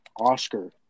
Oscar